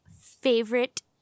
favorite